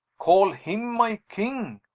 call him my king,